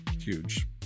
Huge